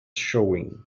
showing